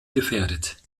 gefährdet